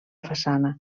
façana